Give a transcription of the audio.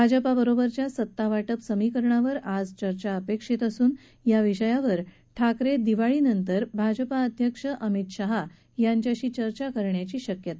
भाजपा बरोबरच्या सत्तावाटप समीकरणावर आज चर्चा अपेक्षित असून या विषयावर ठाकरे दिवाळीनंतर भाजपा अध्यक्ष अमित शहा यांच्याशी चर्चा करण्याची शक्यता आहे